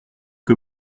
que